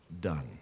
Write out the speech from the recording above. Done